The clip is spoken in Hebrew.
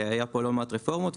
היו פה לא מעט רפורמות,